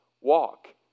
walk